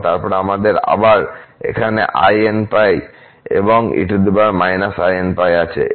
এবং তারপর আমাদের আবার এখানে inπ এবং einπ আছে